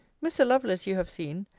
mr. lovelace, you have seen,